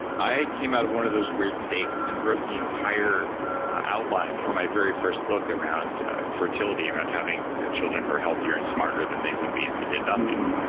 i came out of one of those weird states and wrote the entire outline for my very first book around fertility, around having ah children who are healthier and smarter than they would be if you did nothing.